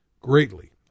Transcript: greatly